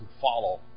follow